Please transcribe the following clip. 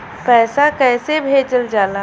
पैसा कैसे भेजल जाला?